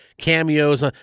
cameos